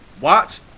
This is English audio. Watch